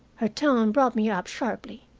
her tone brought me up sharply.